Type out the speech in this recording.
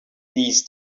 these